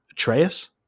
atreus